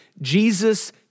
Jesus